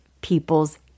people's